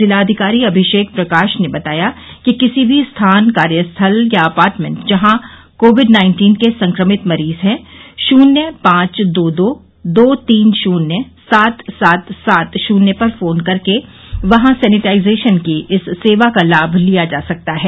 जिला अधिकारी अभिषेक प्रकाश ने बताया कि किसी भी स्थान कार्यस्थल या अपार्टमेंट जहां कोविड नाइन्टीन के संक्रमित मरीज हैं शुन्य पांच दो दो दो तीन शून्य सात सात सात शून्य पर फोन करके वहां सेनेटाइजेशन की इस सेवा का लाभ लिया जा सकता है